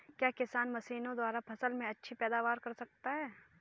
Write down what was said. क्या किसान मशीनों द्वारा फसल में अच्छी पैदावार कर सकता है?